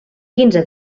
quinze